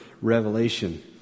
revelation